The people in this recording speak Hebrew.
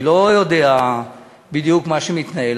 אני לא יודע בדיוק מה שמתנהל,